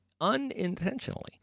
unintentionally